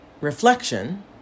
reflection